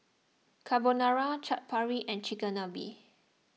Carbonara Chaat Papri and Chigenabe